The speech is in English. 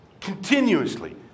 continuously